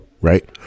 right